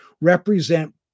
represent